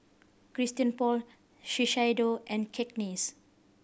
Christian Paul Shiseido and Cakenis